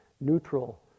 neutral